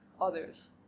others